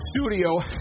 studio